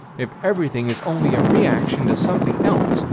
if everything is only a reaction to something else,